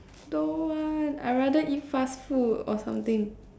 don't want I rather eat fast food or something